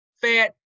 fat